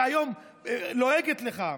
שהיום לועגת לך.